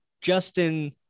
Justin